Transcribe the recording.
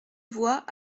voie